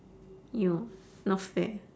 ya not fair